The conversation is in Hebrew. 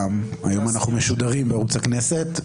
היום משודרים בערוץ הכנסת.